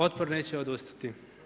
Otpor neće odustati.